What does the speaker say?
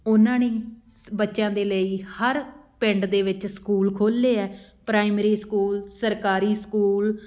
ਉਹਨਾਂ ਨੇ ਸ ਬੱਚਿਆਂ ਦੇ ਲਈ ਹਰ ਪਿੰਡ ਦੇ ਵਿੱਚ ਸਕੂਲ ਖੋਲ੍ਹੇ ਹੈ ਪ੍ਰਾਈਮਰੀ ਸਕੂਲ ਸਰਕਾਰੀ ਸਕੂਲ